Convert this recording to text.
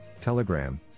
Telegram